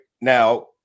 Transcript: Now